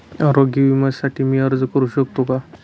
आरोग्य विम्यासाठी मी अर्ज करु शकतो का?